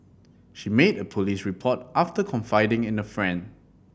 she made a police report after confiding in a friend